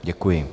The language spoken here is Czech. Děkuji.